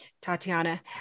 Tatiana